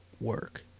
work